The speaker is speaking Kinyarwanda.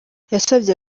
yasabye